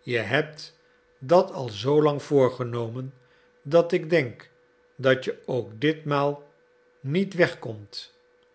je hebt dat al zoo lang voorgenomen dat ik denk dat je ook ditmaal niet wegkomt